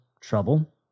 trouble